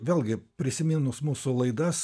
vėlgi prisiminus mūsų laidas